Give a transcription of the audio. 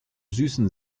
süßen